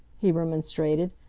he remonstrated.